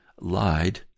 lied